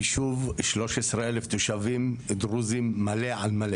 יישוב 13,000 תושבים דרוזים מלא על מלא.